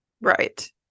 Right